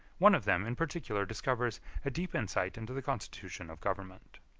one of them in particular discovers a deep insight into the constitution of government.